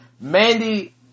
Mandy